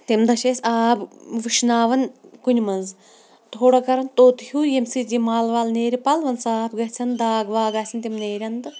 تمہِ دۄہ چھِ أسۍ آب وٕشناوان کُنہِ مَنٛز تھوڑا کَران توٚت ہیوٗ ییٚمہِ سۭتۍ یہِ مَل وَل نیرِ پَلوَن صاف گَژھان داغ واغ آسان تِم نیرن تہٕ